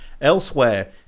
Elsewhere